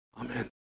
Amen